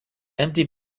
empty